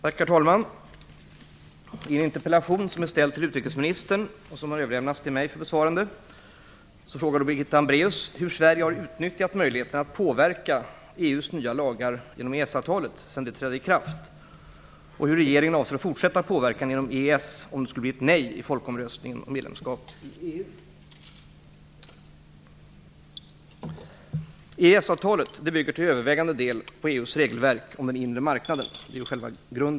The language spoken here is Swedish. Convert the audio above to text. Herr talman! I en interpellation ställd till utrikesministern, som har överlämnats till mig för besvarande, frågar Birgitta Hambraeus hur Sverige har utnyttjat möjligheterna att påverka EU:s nya lagar genom EES-avtalet sedan det trädde i kraft samt hur regeringen avser fortsätta påverkan genom EES om det skulle bli nej i folkomröstningen om medlemskap i EU. EES-avtalet bygger till övervägande del på EU:s regelverk om den inre marknaden. Det är själva grunden.